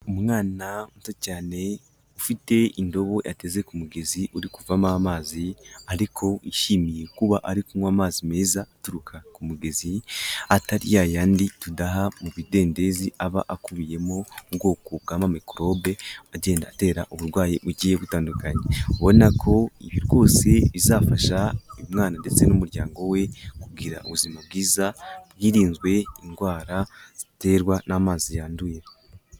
Umwana muto cyane ufite indobo ateze mugezi uri kuvamo amazi ariko yishimiye kuba ari kunywa amazi meza aturuka ku mugezi atari ya yandi tudaha mu bidendezi aba akubiye mo ubwoko bw'ama microbe agenda atera uburwayi bugiye butandukanye, ubona ko ibi rwose bizafasha uyu mwana ndetse n'umuryango we kugira ubuzima bwiza bwirinzwe indwara ziterwa n'amazi yanduye.